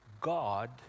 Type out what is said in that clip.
God